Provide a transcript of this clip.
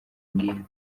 ngibi